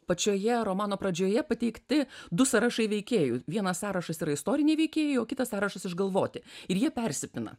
pačioje romano pradžioje pateikti du sąrašai veikėjų vienas sąrašas yra istoriniai veikėjai o kitas sąrašas išgalvoti ir jie persipina